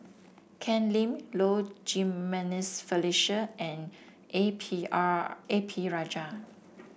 Ken Lim Low Jimenez Felicia and A P R A P Rajah